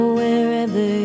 wherever